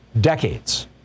decades